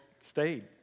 stayed